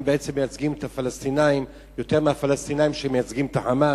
הם בעצם מייצגים את הפלסטינים יותר מהפלסטינים שמייצגים את ה"חמאס".